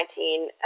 2019